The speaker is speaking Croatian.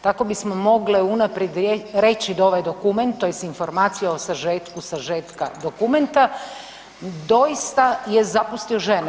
Tako bismo mogle unaprijed reći da ovaj dokument tj. informacija o sažetku sažetka dokumenta doista je zapustio žene.